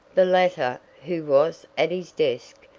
the latter, who was at his desk,